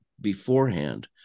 beforehand